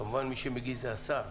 כמובן מי שמגיש זה השר,